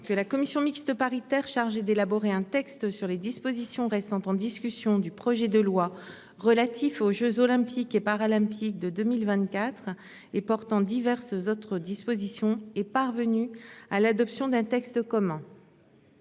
que la commission mixte paritaire chargée d'élaborer un texte sur les dispositions restant en discussion du projet de loi relatif aux Jeux olympiques et paralympiques de 2024 et portant diverses autres dispositions est parvenu à l'adoption d'un texte commun.